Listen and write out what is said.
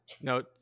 No